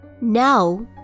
now